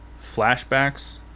flashbacks